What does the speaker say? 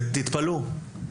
תתפלאו,